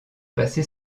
passer